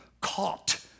caught